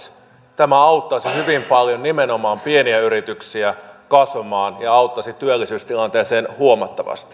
tämä auttaisi hyvin paljon nimenomaan pieniä yrityksiä kasvamaan ja auttaisi työllisyystilanteeseen huomattavasti